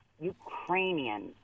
ukrainian